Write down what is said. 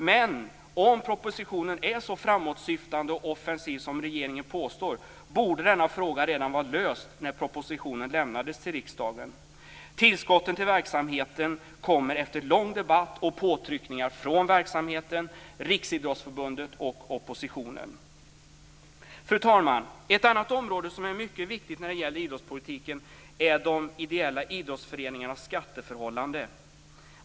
Men om propositionen är så framåtsyftande och offensiv som regeringen påstår borde denna fråga redan ha varit löst när propositionen lämnades till riksdagen. Tillskotten till verksamheten kommer efter lång debatt och efter påtryckningar från verksamheten, Riksidrottsförbundet och oppositionen. Fru talman! Ett annat område som är mycket viktigt när det gäller idrottspolitiken är de ideella idrottsföreningarnas skatteförhållande.